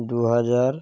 দু হাজার